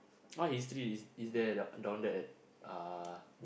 what history is is there do~ down there at ah